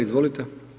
Izvolite.